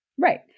Right